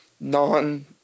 non